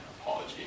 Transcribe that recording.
apology